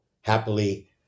happily